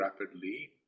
rapidly